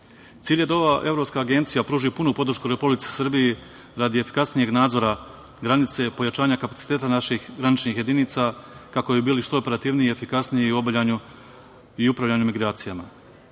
je da ova evropska agencija pruži punu podršku Republici Srbiji radi efikasnijeg nadzora granice, pojačanja kapaciteta naših graničnih jedinica kako bi bili što operativniji i efikasniji u obavljanju i upravljanju migracijama. Službenici